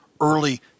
early